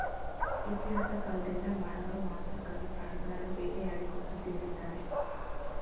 ಇತಿಹಾಸ ಕಾಲ್ದಿಂದ ಮಾನವರು ಮಾಂಸಕ್ಕಾಗಿ ಪ್ರಾಣಿಗಳನ್ನು ಬೇಟೆಯಾಡಿ ಕೊಂದು ತಿಂದಿದ್ದಾರೆ